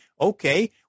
okay